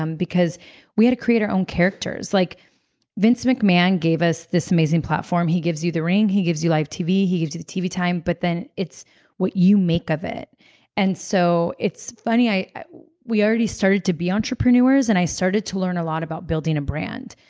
um because we had to create our own characters. like vince mcmahon gave us this amazing platform. he gives you the ring. he gives you live tv. he gives you the tv time, but then it's what you make of it and so it's funny. we already started to be entrepreneurs, and i started to learn a lot about building a brand.